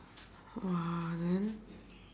!wah! then